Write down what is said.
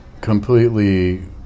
completely